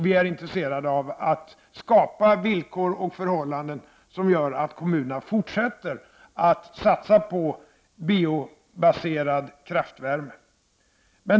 Vi är intresserade av att skapa villkor och förhållanden som gör att kommunerna fortsätter att satsa på biobaserad kraftvärme.